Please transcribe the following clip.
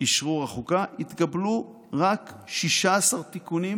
אשרור החוקה, התקבלו רק 16 תיקונים